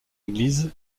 église